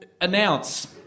announce